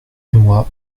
moi